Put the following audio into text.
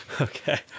Okay